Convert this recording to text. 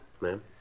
Ma'am